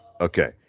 Okay